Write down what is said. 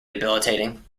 debilitating